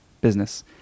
business